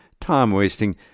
time-wasting